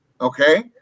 Okay